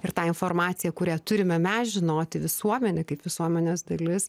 ir tą informaciją kurią turime mes žinoti visuomenė kaip visuomenės dalis